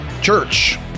church